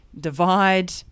divide